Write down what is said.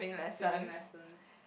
swimming lessons